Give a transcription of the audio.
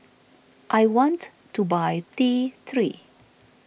I want to buy T three